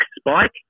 spike